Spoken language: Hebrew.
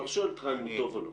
אני לא שואל אותך אם הוא טוב או לא.